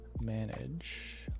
manage